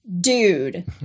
dude